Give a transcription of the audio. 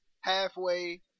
halfway